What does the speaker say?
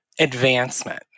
advancement